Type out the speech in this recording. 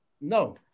no